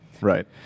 Right